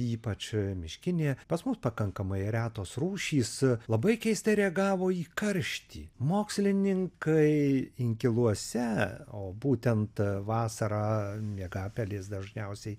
ypač miškinė pas mus pakankamai retos rūšys labai keistai reagavo į karštį mokslininkai inkiluose o būtent vasarą miegapelės dažniausiai